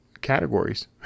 categories